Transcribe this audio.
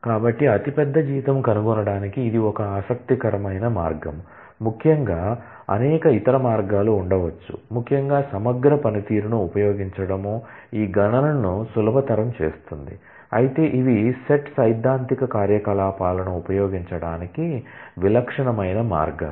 కాబట్టి అతి పెద్ద జీతం కనుగొనటానికి ఇది ఒక ఆసక్తికరమైన మార్గం ముఖ్యంగా అనేక ఇతర మార్గాలు ఉండవచ్చు ముఖ్యంగా సమగ్ర పనితీరును ఉపయోగించడం ఈ గణనలను సులభతరం చేస్తుంది అయితే ఇవి సెట్ సైద్ధాంతిక కార్యకలాపాలను ఉపయోగించడానికి విలక్షణమైన మార్గాలు